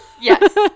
Yes